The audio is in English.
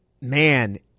man